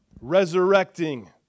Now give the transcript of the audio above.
resurrecting